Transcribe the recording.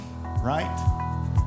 right